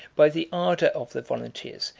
by the ardor of the volunteers,